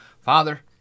Father